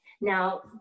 Now